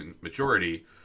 majority